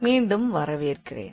மீண்டும் வரவேற்கிறேன்